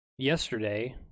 Yesterday